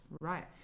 Right